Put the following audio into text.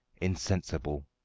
insensible